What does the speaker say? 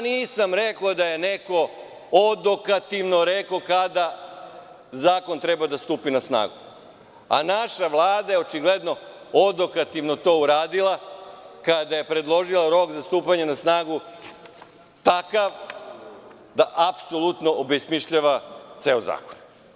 Nisam rekao da je neko odokativno rekao kada zakon treba da stupi na snagu, a naša Vlada je očigledno odokativno to uradila kada je predložila rok za stupanje na snagu takav da apsolutno obesmišljava ceo zakon.